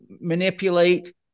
manipulate